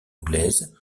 anglaise